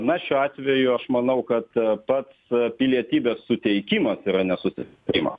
na šiuo atveju aš manau kad pats pilietybės suteikimas yra nesusipratimas